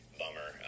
bummer